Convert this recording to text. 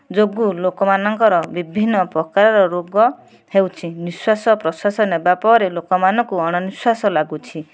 ଯୋଗୁଁ ଲୋକମାନଙ୍କର ବିଭିନ୍ନ ପ୍ରକାର ରୋଗ ହେଉଛି ନିଃଶ୍ୱାସ ପ୍ରଶ୍ଵାସ ନେବାପରେ ଲୋକମାନଙ୍କୁ ଅଣନିଃଶ୍ୱାସ ଲାଗୁଛି